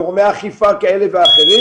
גורמי אכיפה כאלה ואחרים